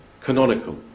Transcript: Canonical